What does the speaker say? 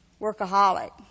Workaholic